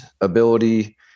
ability